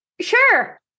sure